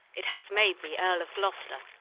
it hath made thee earl of gloster.